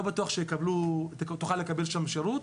לא בטוח שתוכל לקבל שם שירות.